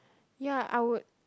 ya I would